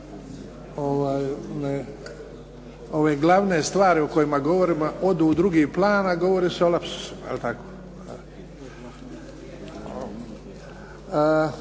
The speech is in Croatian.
ove glavne stvari o kojima govorimo ne odu u drugi plan, a govori se o lapsusima,